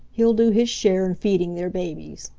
he'll do his share in feeding their babies.